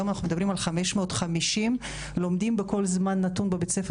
היום אנחנו מדברים על 550 לומדים בכל זמן נתון בבית ספר